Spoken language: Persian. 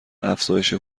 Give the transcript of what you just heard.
افزایش